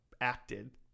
acted